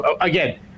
Again